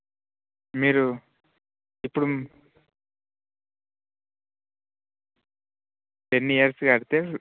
yes ma'am loans ఇచ్చాం మొన్న fifth వరకి లాస్ట్ డేట్ అయిపోయింది మళ్ళీ ఒక